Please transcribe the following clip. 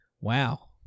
Wow